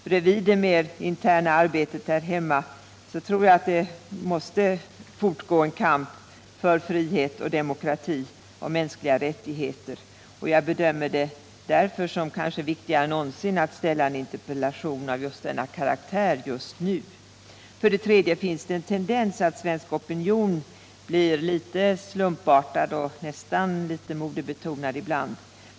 Vid sidan av det mer interna arbetet här hemma tror jag att det måste fortgå en kamp för frihet, demokrati och mänskliga rättigheter. Jag bedömer det därför som kanske viktigare än någonsin att framställa en interpellation av just denna karaktär vid just denna tidpunkt. För det tredje finns det en tendens att svensk opinion ibland blir litet slumpartad och nästan litet modebetonad.